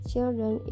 children